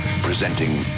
Presenting